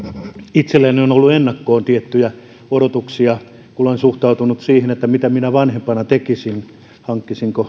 itselläni on ollut ennakkoon tiettyjä odotuksia kun olen suhtautunut siihen että mitä minä vanhempana tekisin hankkisinko